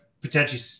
potentially